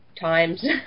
times